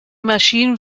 maschinen